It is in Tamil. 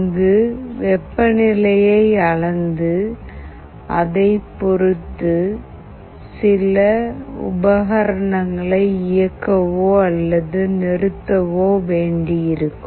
அங்கு வெப்பநிலையை அளந்து அதைப் பொருத்து சில உபகரணங்களை இயக்கவோ அல்லது நிறுத்தவோ வேண்டியிருக்கும்